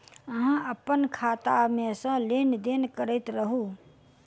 अहाँ अप्पन खाता मे सँ लेन देन करैत रहू?